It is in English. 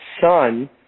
son